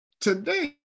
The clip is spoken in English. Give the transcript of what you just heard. Today